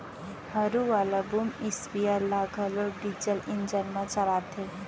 हरू वाला boom sprayer ल घलौ डीजल इंजन म चलाथें